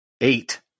eight